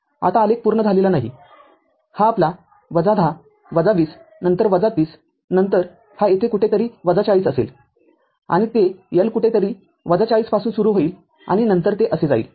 आता आलेख पूर्ण झालेला नाही हा आपला १० २०नंतर ३० नंतर हा येथे कुठेतरी ४० असेल आणि ते L कुठेतरी ४० पासून सुरू होईल आणि नंतर ते असे जाईल